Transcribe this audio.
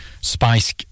spice